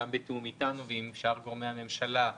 גם בתיאום איתנו ועם שאר גורמי הממשלה,